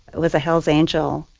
was a hells angel,